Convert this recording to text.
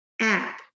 app